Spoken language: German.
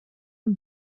dem